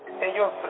Ellos